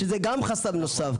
שזה גם חסם נוסף,